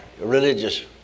religious